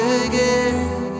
again